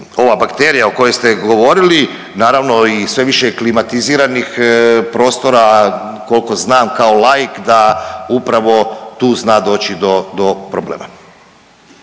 Ova bakterija o kojoj ste govorili, naravno i sve više klimatiziranih prostora koliko znam kao laik da upravo tu zna doći do problema.